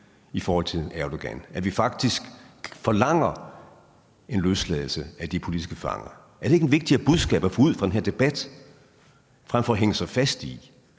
kritikken af Erdogan, og at vi forlanger en løsladelse af de politiske fanger? Er det ikke et vigtigere budskab at få ud fra den her debat end at hænge sig i,